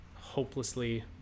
hopelessly